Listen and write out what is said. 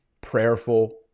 Prayerful